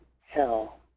hell